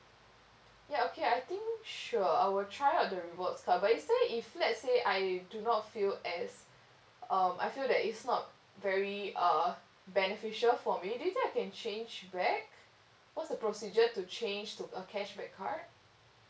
ya okay I think sure I will try out the rewards card but is there if let's say I do not feel as um I feel that it's not very uh beneficial for me do you think I can change back what's the procedure to change to a cashback card